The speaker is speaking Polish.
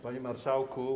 Panie Marszałku!